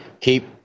keep